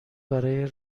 برای